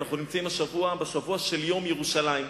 אנחנו נמצאים בשבוע של יום ירושלים.